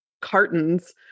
cartons